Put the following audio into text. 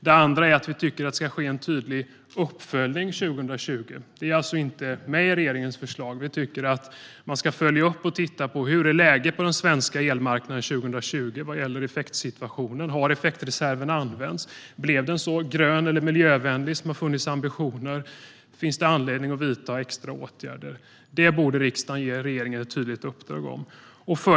Det andra är att vi tycker att det ska ske en tydlig uppföljning 2020. Det är inte med i regeringens förslag. Vi tycker att man ska följa upp och titta på hur läget är på den svenska elmarknaden 2020 vad gäller effektsituationen: Hur har effektreserven använts, blev den så grön eller miljövänlig som man hade ambitioner om och finns det anledning att vidta extra åtgärder? Det borde riksdagen ge regeringen ett tydligt uppdrag om.